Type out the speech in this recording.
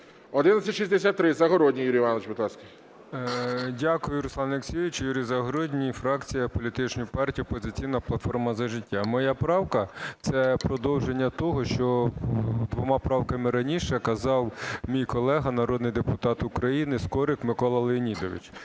1163. Загородній Юрій Іванович, будь ласка. 14:27:26 ЗАГОРОДНІЙ Ю.І. Дякую, Руслане Олексійовичу. Юрій Загородній, фракція політичної партії "Опозиційна платформа - За життя". Моя правка це продовження того, що двома правками раніше казав мій колега народний депутат України Скорик Микола Леонідович,